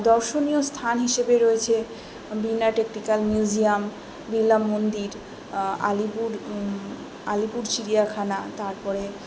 দর্শনীয় স্থান হিসেবে রয়েছে টেকনিক্যাল মিউজিয়াম বিড়লা মন্দির আলিপুর আলিপুর চিড়িয়াখানা তারপরে